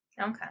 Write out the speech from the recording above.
Okay